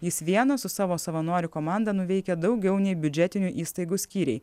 jis vienas su savo savanorių komanda nuveikia daugiau nei biudžetinių įstaigų skyriai